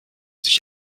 sich